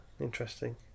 interesting